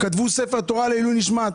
כתבו ספר תורה לעילוי נשמת.